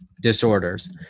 disorders